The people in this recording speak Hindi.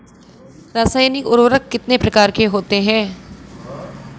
रासायनिक उर्वरक कितने प्रकार के होते हैं?